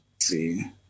see